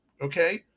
okay